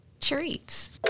treats